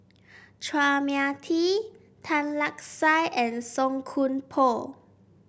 Chua Mia Tee Tan Lark Sye and Song Koon Poh